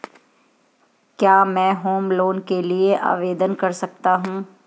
क्या मैं home loan के लिए आवेदन कर सकता हूं?